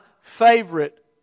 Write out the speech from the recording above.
favorite